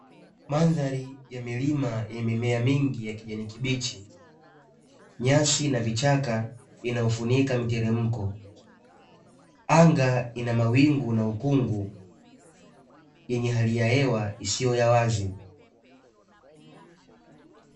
Mandhari ya milima yenye mimea mingi ya kijani kibichi, nyasi na vichaka inayofunika miteremko, anga ina mawingu na ukungu yenye hali ya hewa isiyo ya wazi.